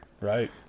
right